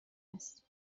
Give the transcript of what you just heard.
است